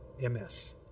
MS